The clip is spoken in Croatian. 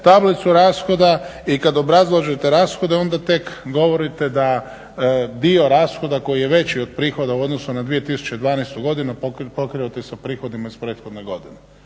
tablicu rashoda i kada obrazložite rashode onda tek govorite da dio rashoda koji je veći od prihoda u odnosu na 2012.pokrivate sa prihodima iz prethodne godine.